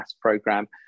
program